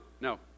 No